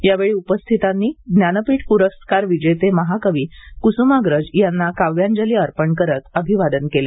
यावेळी उपस्थितांनी जानपीठ प्रस्कार विजेते महाकवी क्सुमाग्रज यांना काव्यांजली अर्पण करत अभिवादन केलं